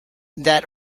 that